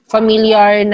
familiar